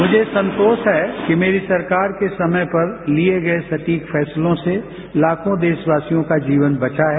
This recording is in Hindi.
मुझे संतोष है कि मेरी सरकार के समय पर लिए गए सटीक फैसलों से लाखों देशवासियों का जीवन बचा है